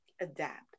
adapt